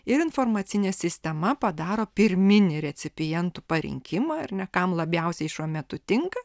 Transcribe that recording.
ir informacinė sistema padaro pirminį recipientų parinkimą ar ne kam labiausiai šiuo metu tinka